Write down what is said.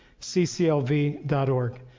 cclv.org